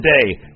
today